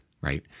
right